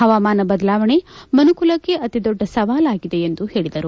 ಹವಾಮಾನ ಬದಲಾವಣೆ ಮನುಕುಲಕ್ಕೆ ಅತಿದೊದ್ದ ಸವಾಲಾಗಿದೆ ಎಂದು ಹೇಳಿದರು